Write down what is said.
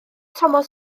thomas